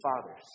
fathers